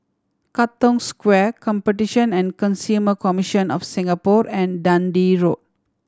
Katong Square Competition and Consumer Commission of Singapore and Dundee Road